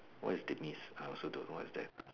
what is demise I also don't know what is that